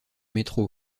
métro